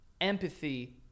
empathy